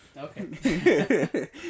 okay